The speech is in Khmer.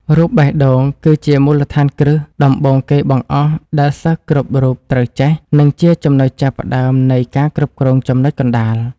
រូបបេះដូង គឺជាមូលដ្ឋានគ្រឹះដំបូងគេបង្អស់ដែលសិស្សគ្រប់រូបត្រូវចេះ និងជាចំណុចចាប់ផ្តើមនៃការគ្រប់គ្រងចំណុចកណ្តាល។